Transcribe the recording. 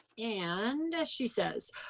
and she says,